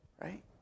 Right